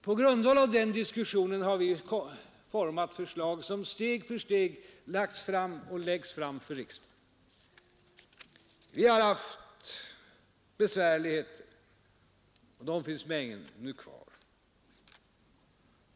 På grundval av den diskussionen har vi format förslag, som steg för steg lagts fram och läggs fram för riksdagen. Vi har haft besvärligheter, och de finns ännu kvar.